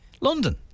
London